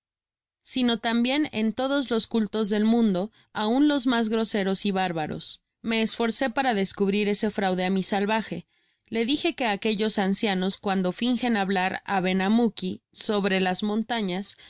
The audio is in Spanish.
at bien en todos lo cultos del mundo aun los mas groseros y bárbaros me esforcé para descubrir ese fraude á mi salvaje le dije que aquellos ancianos cuando flnjen hablar á benamouki sebre las montañas